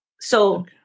So-